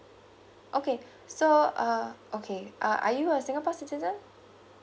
okay so uh okay uh are you a singapore citizen